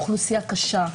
אוכלוסייה קשה.